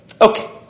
Okay